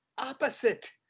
opposite